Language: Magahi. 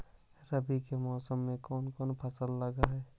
रवि के मौसम में कोन कोन फसल लग है?